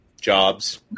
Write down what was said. Jobs